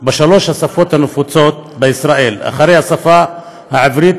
בשלוש השפות הנפוצות בישראל אחרי השפה העברית,